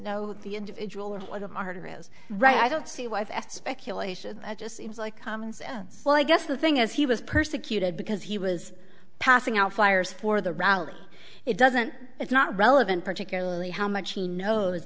who the individual or the martyr is right i don't see why that speculation just seems like common sense well i guess the thing is he was persecuted because he was passing out flyers for the rally it doesn't it's not relevant particularly how much he knows